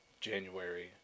January